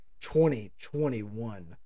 2021